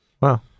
Wow